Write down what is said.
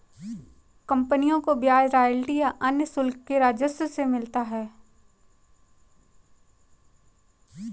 कंपनियों को ब्याज, रॉयल्टी या अन्य शुल्क से राजस्व मिलता है